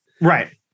right